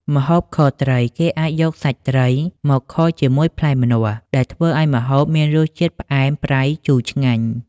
ម្ហូបខត្រី គេអាចយកសាច់ត្រីមកខជាមួយផ្លែម្នាស់ ដែលធ្វើឲ្យម្ហូបមានរសជាតិផ្អែម ប្រៃ ជូរឆ្ងាញ់។